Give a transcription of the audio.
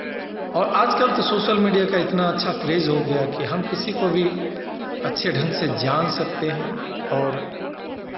और आजकल तो सोशल मीडिया का इना क्रेज़ हो गया है कि हम किसी को भी अच्छे ढंग से जान सकते हैं और